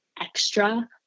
extra